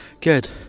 Good